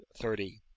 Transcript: thirty